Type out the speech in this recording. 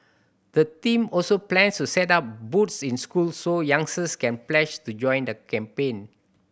the team also plans to set up booths in schools so youngsters can pledge to join the campaign